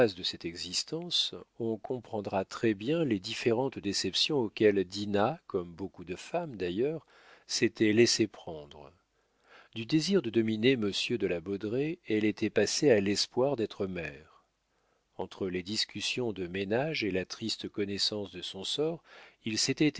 de cette existence on comprendra très-bien les différentes déceptions auxquelles dinah comme beaucoup de femmes d'ailleurs s'était laissé prendre du désir de dominer monsieur de la baudraye elle était passée à l'espoir d'être mère entre les discussions de ménage et la triste connaissance de son sort il s'était